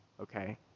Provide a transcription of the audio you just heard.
okay